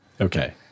Okay